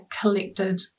collected